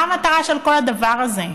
מה המטרה של כל הדבר הזה,